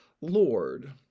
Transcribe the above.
Lord